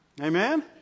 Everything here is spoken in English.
Amen